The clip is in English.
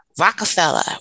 Rockefeller